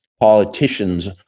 politicians